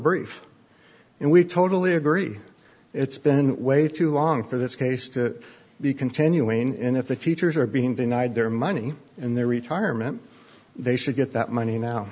brief and we totally agree it's been way too long for this case to be continuing and if the teachers are being denied their money and their retirement they should get that money now